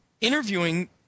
interviewing